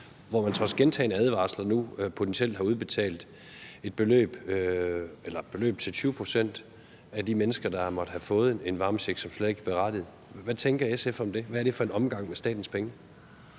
hvor man trods gentagne advarsler nu potentielt har udbetalt et beløb, hvor 20 pct. af de mennesker, som har fået en varmecheck, slet ikke er berettigede til det? Hvad tænker SF om det? Hvad er det for en omgang med statens penge?